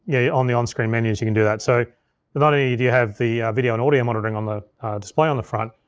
yeah, on the on-screen menus you can do that. so not only do you have the video and audio monitoring on the display on the front,